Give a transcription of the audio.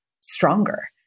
stronger